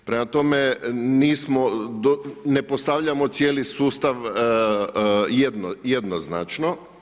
Prema tome, nismo, ne postavljamo cijeli sustav jednoznačno.